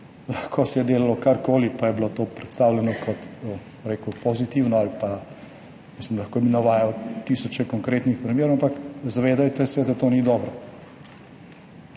Lahko se je delalo karkoli, pa je bilo to predstavljeno kot, bom rekel, pozitivno. Lahko bi navajal tisoče konkretnih primerov, ampak zavedajte se, da to ni dobro.